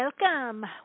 Welcome